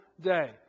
day